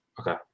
Okay